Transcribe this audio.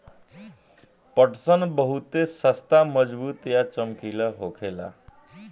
पटसन बहुते सस्ता मजबूत आ चमकीला होखेला